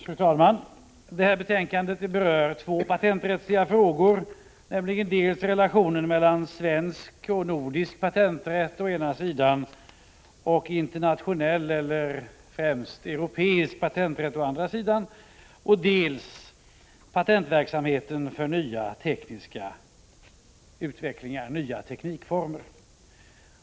Fru talman! Det här betänkandet berör två patenträttsliga frågor: dels relationen mellan svensk och nordisk patenträtt å ena sidan och internationell eller främst europeisk patenträtt å andra sidan, dels patentverksamheten för nya tekniska utvecklingar, nya teknikformer.